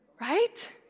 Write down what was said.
right